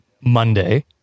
Monday